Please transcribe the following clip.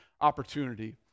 opportunity